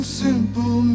simple